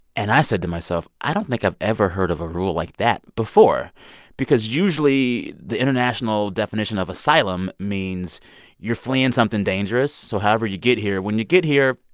and i said to myself, i don't think i've ever heard of a rule like that before because usually the international definition of asylum means you're fleeing something dangerous. so, however you get here, when you get here,